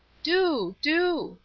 do, do,